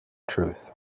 truth